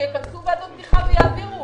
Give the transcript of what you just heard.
שיכנסו ועדות תמיכה ויעבירו.